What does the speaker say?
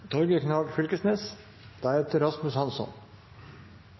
Torgeir Knag Fylkesnes